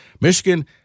Michigan